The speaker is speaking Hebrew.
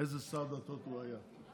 איזה שר דתות הוא היה.